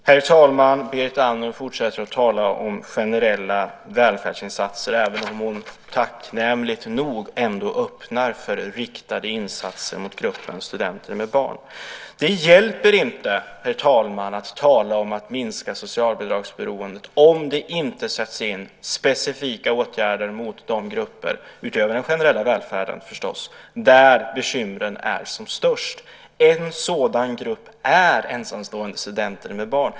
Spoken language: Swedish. Herr talman! Berit Andnor fortsätter att tala om generella välfärdsinsatser även om hon tacknämligt nog ändå öppnar för riktade insatser för gruppen studenter med barn. Det hjälper inte, herr talman, att tala om att minska socialbidragsberoendet om det inte utöver den generella välfärden sätts in specifika åtgärder för de grupper där bekymren är som störst. En sådan grupp är ensamstående studenter med barn.